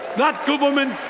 that government